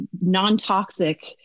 non-toxic